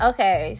Okay